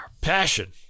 passion